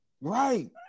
right